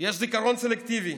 יש זיכרון סלקטיבי,